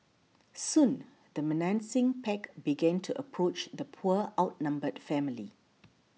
soon the menacing pack began to approach the poor outnumbered family